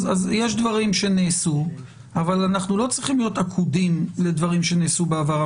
אז יש דברים שנעשו אבל אנחנו לא צריכים להיות עקודים לדברים שנעשו בעבר.